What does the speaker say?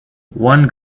one